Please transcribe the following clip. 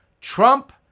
Trump